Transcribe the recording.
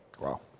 Wow